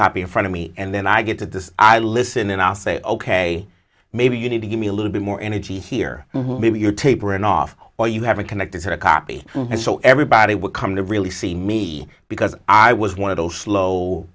copy in front of me and then i get to this i listen and i'll say ok maybe you need to give me a little bit more energy here maybe you tapering off or you haven't connected a copy so everybody would come to really see me because i was one of those